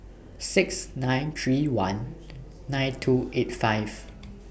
six nine three one nine two eight five